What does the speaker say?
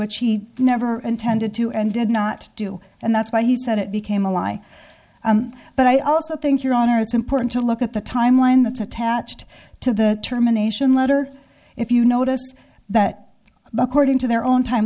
which he never intended to and did not do and that's why he said it became a lie but i also think your honor it's important to look at the timeline that's attached to the terminations letter if you notice that according to their own time